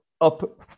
Up